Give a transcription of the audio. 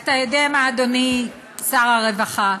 אתה יודע מה, אדוני שר הרווחה?